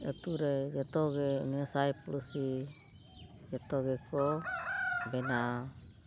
ᱟᱹᱛᱩ ᱨᱮ ᱡᱚᱛᱚᱜᱮ ᱱᱮᱥᱟᱭ ᱯᱩᱲᱥᱤ ᱡᱚᱛᱚ ᱜᱮᱠᱚ ᱵᱮᱱᱟᱣᱟ